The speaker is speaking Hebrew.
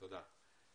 תודה.